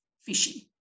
fishy